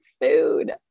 food